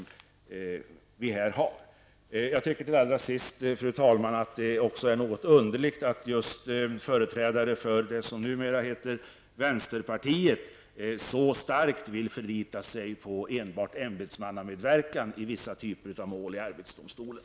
Fru talman! Till sist vill jag säga att jag tycker att det är underligt att företrädare för vänsterpartiet så starkt vill förlita sig på enbart ämbetsmannamedverkan i vissa typer av mål i arbetsdomstolen.